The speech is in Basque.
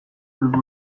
geure